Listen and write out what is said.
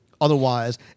otherwise